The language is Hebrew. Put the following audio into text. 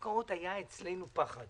נושא ההפקעות יצר אצלנו פחד.